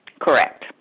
Correct